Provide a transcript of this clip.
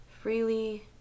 freely